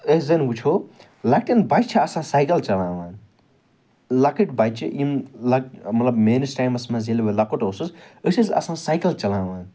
أسۍ زَن وُچھو لۄکٹیٚن بَچہِ چھِ آسان سایکل چَلاوان لۄکٕٹۍ بَچہ یِم لَک مطلب میٛٲنِس ٹایمَس مَنٛز ییٚلہِ بہٕ لۄکُٹ اوسُس أسۍ ٲسۍ آسان سایکَل چَلاوان